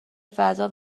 فضا